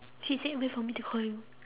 she said wait for me to call you